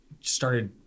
started